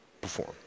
Perform